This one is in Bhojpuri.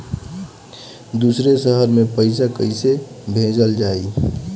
दूसरे शहर में पइसा कईसे भेजल जयी?